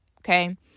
okay